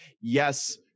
yes